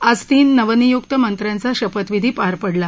आज तीन नवनियुक्त मंत्र्यांचा शपथविधी पार पडला